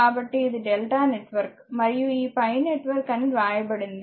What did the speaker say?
కాబట్టి ఇది delta network మరియు ఈ పై నెట్వర్క్ అని వ్రాయబడింది